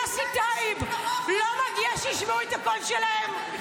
יוסי טייב, לא מגיע שישמעו את הקול שלהן?